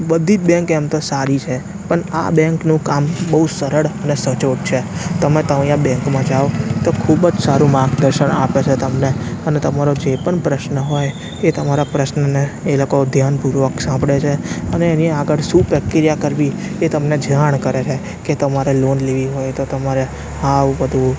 બધી જ બેન્ક એમ તો સારી છે પણ આ બેન્કનું કામ બહુ સરળ અને સચોટ છે તમે ત્યાં બેંકમાં જાઓ તો ખૂબ જ સારું માર્ગદર્શન આપે છે તમને અને તમારું જે પણ પ્રશ્ન હોય એ તમારા પ્રશ્નને એ લોકો ધ્યાન પૂર્વક સાંભળે છે અને એની આગળ શું પ્રક્રીયા કરવી એ તમને જાણ કરે છે કે તમારે લોન લેવી હોય તો તમારે આવું બધું